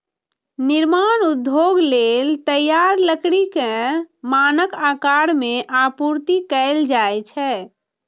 निर्माण उद्योग लेल तैयार लकड़ी कें मानक आकार मे आपूर्ति कैल जाइ छै